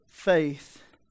Faith